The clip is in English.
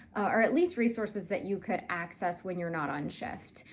or, at least resources that you could access when you're not on shift.